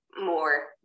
more